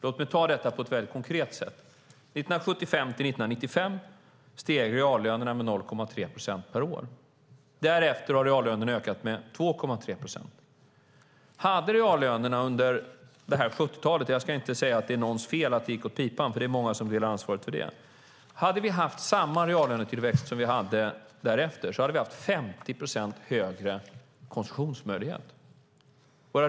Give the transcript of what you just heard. Låt mig ta detta på ett väldigt konkret sätt. Åren 1975 till 1995 steg reallönerna med 0,3 procent per år. Därefter har reallönerna ökat med 2,3 procent. Jag ska inte säga att det är någons fel att det gick åt pipan - det är många som delar ansvaret för det - men hade vi haft samma reallönetillväxt som vi hade därefter hade vi haft 50 procent högre konsumtionsmöjlighet.